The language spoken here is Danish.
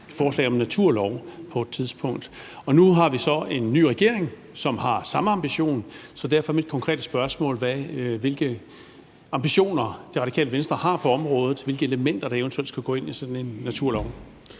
et forslag om en naturlov på et tidspunkt. Nu har vi så en ny regering, som har samme ambition. Derfor er mit konkrete spørgsmål, hvilke ambitioner Radikale Venstre har for området, og hvilke elementer der eventuelt skal indgå i sådan en naturlov.